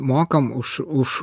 mokam už už